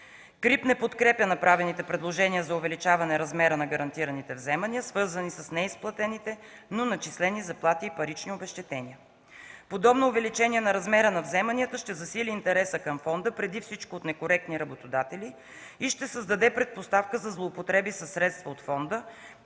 КРИБ не подкрепя направените предложения за увеличаване размера на гарантираните вземания, свързани с неизплатените, но начислени заплати и парични обезщетения. Подобно увеличение на размера на вземанията ще засили интереса към фонда преди всичко от некоректни работодатели и ще създаде предпоставки за злоупотреби със средства от фонда,